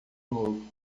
novo